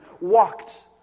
walked